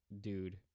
dude